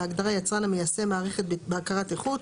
בהגדרה "יצרן המיישם מערכת בקרת איכות",